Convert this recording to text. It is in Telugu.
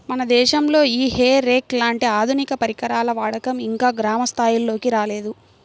మన దేశంలో ఈ హే రేక్ లాంటి ఆధునిక పరికరాల వాడకం ఇంకా గ్రామ స్థాయిల్లోకి రాలేదు